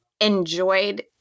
enjoyed